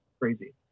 crazy